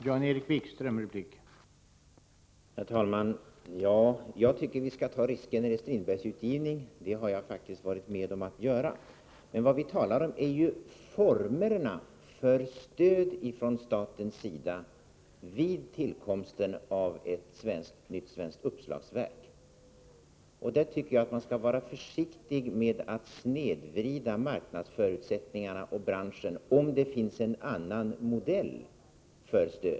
Herr talman! Jag tycker att vi skall ta risken beträffande Strindbergsutgivning, och det har jag faktiskt också varit med om att göra. Vad vi talar om nu är formerna för stöd ifrån statens sida vid tillkomsten av ett nytt svenskt uppslagsverk. Här tycker jag att man skall vara försiktig med att snedvrida marknadsförutsättningarna och branschen, om det finns en annan modell för stöd.